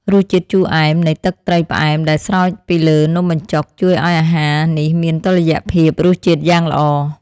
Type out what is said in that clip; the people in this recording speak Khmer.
រសជាតិជូរអែមនៃទឹកត្រីផ្អែមដែលស្រោចពីលើនំបញ្ចុកជួយឱ្យអាហារនេះមានតុល្យភាពរសជាតិយ៉ាងល្អ។